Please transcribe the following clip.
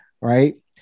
right